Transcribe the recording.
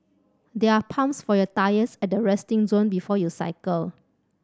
there are pumps for your tyres at the resting zone before you cycle